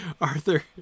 Arthur